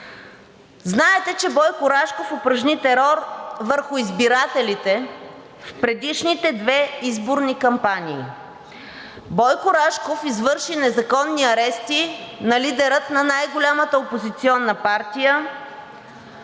Знаете, че Бойко Рашков упражни терор върху избирателите в предишните две изборни кампании. Бойко Рашков извърши незаконни арести на лидера на най-голямата опозиционна партия,